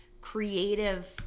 creative